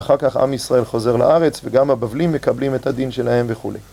אחר כך עם ישראל חוזר לארץ, וגם הבבלים מקבלים את הדין שלהם וכולי.